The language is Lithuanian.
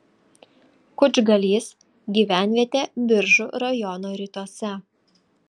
kučgalys gyvenvietė biržų rajono rytuose